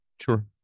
Sure